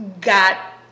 got